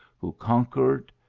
who conquered,